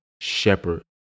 shepherd